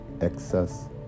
excess